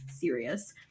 serious